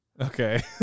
okay